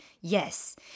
yes